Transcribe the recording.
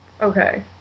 Okay